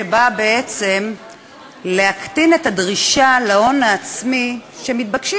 שבאה בעצם להקטין את הדרישה להון העצמי שמתבקשים